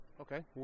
okay